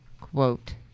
quote